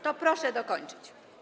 To proszę dokończyć.